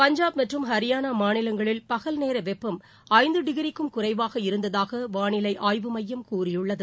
பஞ்சாப் மற்றும் ஹரியானா மாநிலங்களில் பகல்நேர வெப்பம் ஐந்து டிகிரிக்கும் குறைவாக இருந்ததாக வானிலை ஆய்வு மையம் கூறியுள்ளது